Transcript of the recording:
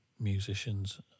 musicians